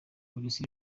polisi